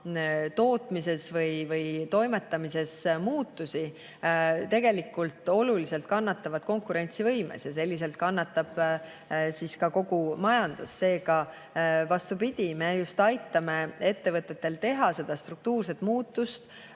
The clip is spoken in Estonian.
tootmises või toimetamises muutusi, tegelikult kannatavad oluliselt konkurentsivõimes ja selliselt kannatab kogu majandus. Seega, vastupidi, me just aitame ettevõtetel teha struktuurset muutust